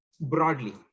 broadly